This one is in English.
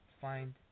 find